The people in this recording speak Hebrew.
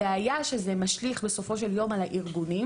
הבעיה שזה משליך בסופו של יום על הארגונים